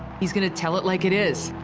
he's going to tell it like it is,